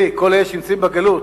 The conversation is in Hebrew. קרי כל אלה שנמצאים בגלות,